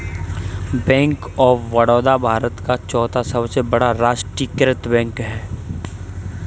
bank of Baroda Bharat का चौथा सबसे बड़ा राष्ट्रीयकृत बैंक है